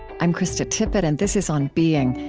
i'm krista tippett, and this is on being.